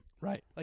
right